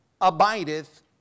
abideth